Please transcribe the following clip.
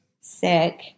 sick